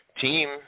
team